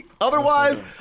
Otherwise